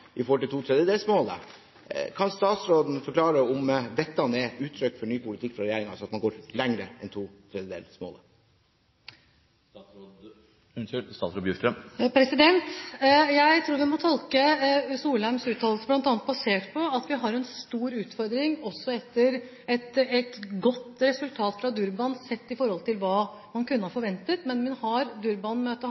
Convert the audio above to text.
når det gjelder to tredjedelsmålet. Kan statsråden forklare om dette er et uttrykk for en ny politikk fra regjeringen, altså at man går lenger enn to tredjedelsmålet? Jeg tror vi må tolke Solheims uttalelser bl.a. basert på at vi har en stor utfordring også etter et godt resultat fra Durban sett i forhold til hva man kunne ha forventet. Durban-møtet har